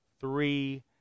three